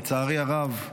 לצערי הרב,